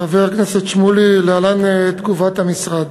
חבר הכנסת שמולי, להלן תגובת המשרד.